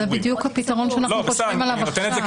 אבל זה בדיוק הפתרון שאנחנו חושבים עליו עכשיו.